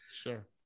Sure